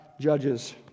judges